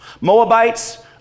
Moabites